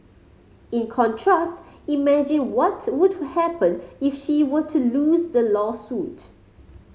in contrast imagine what would happen if she were to lose the lawsuit